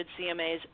CMAs